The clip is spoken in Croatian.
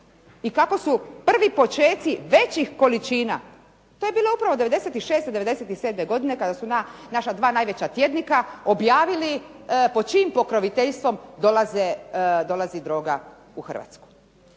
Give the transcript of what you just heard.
i kako su prvi počeci većih količina, to je bila upravo '96., '97. godine kada su naša dva najveća tjednika objavili pod čijim pokroviteljstvom dolazi droga u Hrvatsku.